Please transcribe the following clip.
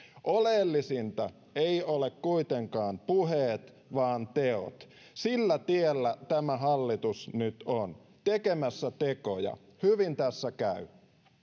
oleellisinta eivät ole kuitenkaan puheet vaan teot sillä tiellä tämä hallitus nyt on tekemässä tekoja hyvin tässä käy